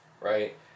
right